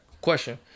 Question